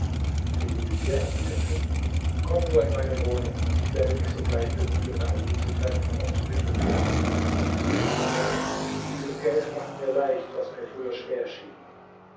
der juwelier erwiderte komm nur in meine wohnung ich werde mich sogleich bemühen ali zu treffen und mittel finden dich zu ihm zu bringen dieses geld macht mir leicht was mir früher schwer schien